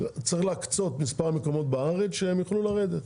צריך להקצות מספר מקומות בארץ שהם יוכלו לרדת.